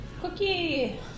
Cookie